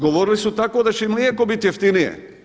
Govorili su tako da će i mlijeko biti jeftinije.